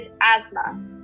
asthma